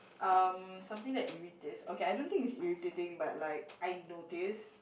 um something that irritates okay I don't think it's irritating but like I notice